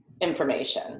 information